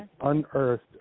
unearthed